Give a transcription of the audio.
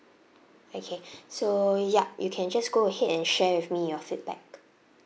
okay so ya you can just go ahead and share with me your feedback